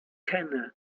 kenne